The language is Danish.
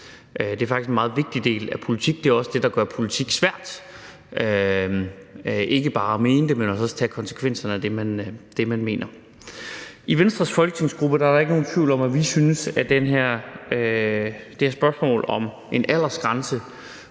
Det er faktisk en meget vigtigt del af politik, det er også det, der gør politik svært, nemlig ikke bare at mene det, men altså også at tage konsekvenserne af det, man mener. I Venstres folketingsgruppe er der ikke nogen tvivl om, at vi synes, at det her spørgsmål om en aldersgrænse